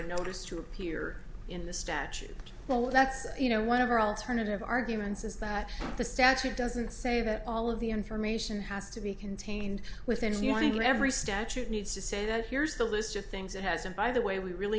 notice to appear in the statute well that's you know one of our alternative arguments is that the statute doesn't say that all of the information has to be contained within every statute needs to say that here's the list of things it has and by the way we really